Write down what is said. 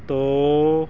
ਤੋਂ